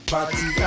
Party